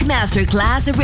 Masterclass